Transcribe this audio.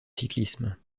cyclisme